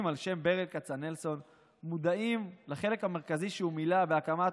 על שם ברל כצנלסון מודעים לחלק המרכזי שהוא מילא בהקמת